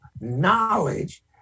knowledge